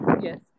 yes